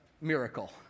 miracle